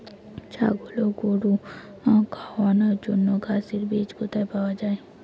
ছাগল ও গরু খাওয়ানোর জন্য ঘাসের বীজ কোথায় পাওয়া যায়?